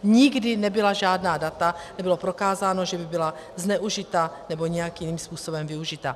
Nikdy nebyla žádná data, nebylo prokázáno, že by byla zneužita nebo nějakým jiným způsobem využita.